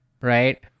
right